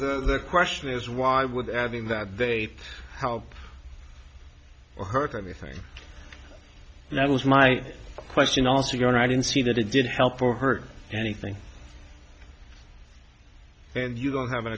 the question is why would adding that date help or hurt anything that was my question also your i didn't see that it did help or hurt anything and you don't have an